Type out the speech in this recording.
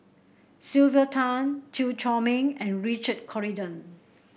Sylvia Tan Chew Chor Meng and Richard Corridon